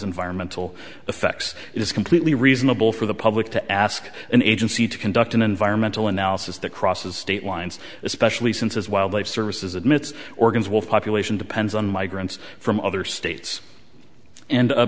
environmental effects it is completely reasonable for the public to ask an agency to conduct an environmental analysis that crosses state lines especially since as wildlife services admits organs will population depends on migrants from other states and